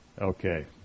okay